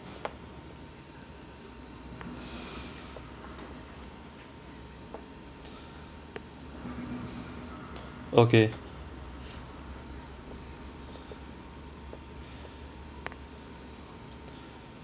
okay